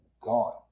gone